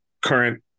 current